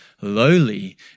lowly